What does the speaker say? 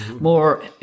more